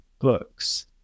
books